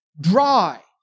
Dry